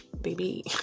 baby